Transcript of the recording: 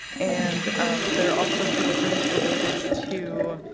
and there are also provisions related to